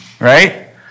Right